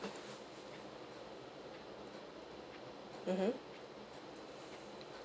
mmhmm